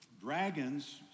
Dragons